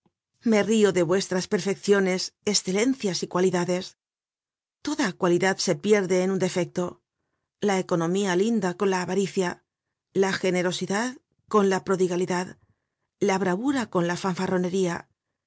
me rio de vuestras perfecciones escelencias y cualidades toda cualidad se pierde en un defecto la economía linda con la avaricia la generosidad con la prodigalidad la bravura con la fanfarronería